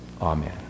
Amen